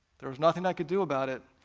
there was nothing i could do about it.